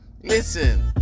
Listen